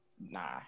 Nah